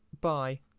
Bye